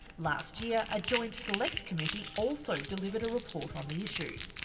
last year a joint select committee also delivered a report on the issue.